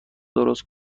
درست